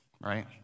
right